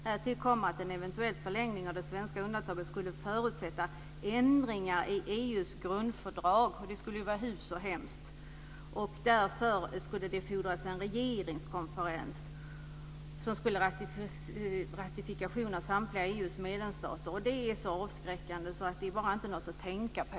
Härtill kommer att en eventuell förlängning av det svenska undantaget skulle förutsätta ändringar i EU:s grundfördrag. Det skulle vara fy så hemskt! Därför skulle det fordras en regeringskonferens och ratifikation av samtliga EU:s medlemsstater. Det är så avskräckande att det bara inte är något att tänka på!